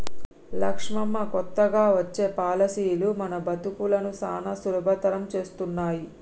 లక్ష్మమ్మ కొత్తగా వచ్చే పాలసీలు మన బతుకులను సానా సులభతరం చేస్తున్నాయి